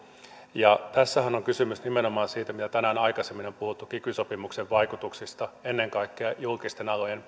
tässähän on on kysymys nimenomaan siitä mitä tänään aikaisemmin on puhuttu kiky sopimuksen vaikutuksista ennen kaikkea julkisten alojen